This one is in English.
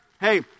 Hey